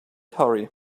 hurry